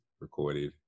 recorded